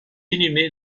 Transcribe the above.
inhumé